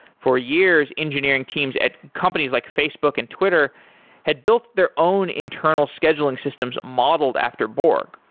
for years, engineering teams at companies like facebook and twitter had built their own internal scheduling systems modeled after borg.